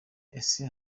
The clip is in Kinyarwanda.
ese